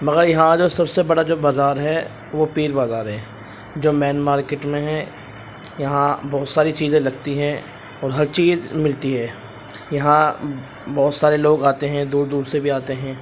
مگر یہاں کا جو سب سے بڑا جو بازار ہے وہ پیر بازار ہے جو مین مارکیٹ میں ہے یہاں بہت ساری چیزیں لگتی ہیں اور ہر چیز ملتی ہے یہاں بہت سارے لوگ آتے ہیں دور دور سے بھی آتے ہیں